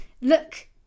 look